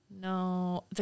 no